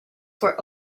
for